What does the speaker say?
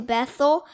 Bethel